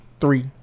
three